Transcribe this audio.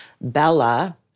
Bella